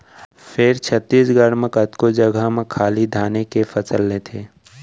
फेर छत्तीसगढ़ म कतको जघा म खाली धाने के फसल लेथें